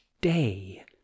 day